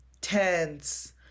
tense